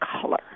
color